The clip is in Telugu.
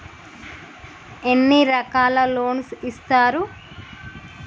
ఎన్ని రకాల లోన్స్ ఇస్తరు?